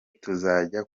tuzajya